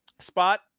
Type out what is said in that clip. spot